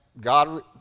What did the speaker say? God